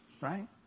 Right